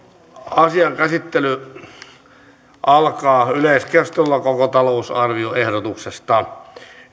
asian käsittely alkaa yleiskeskustelulla koko talousarvioehdotuksesta